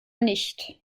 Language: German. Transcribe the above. nicht